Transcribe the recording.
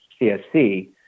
CSC